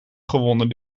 gewonnen